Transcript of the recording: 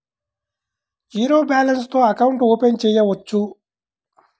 Zero balance తో account open చేయవచ్చు?